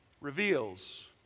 reveals